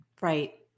Right